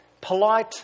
Polite